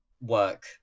work